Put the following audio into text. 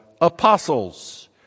apostles